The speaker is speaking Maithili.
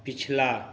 पछिला